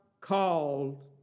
called